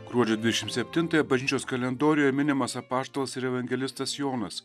gruodžio dvidešim septintąją bažnyčios kalendoriuje minimas apaštalas ir evangelistas jonas